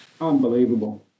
Unbelievable